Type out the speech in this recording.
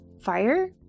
Fire